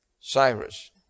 Cyrus